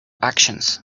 actions